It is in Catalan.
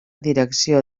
direcció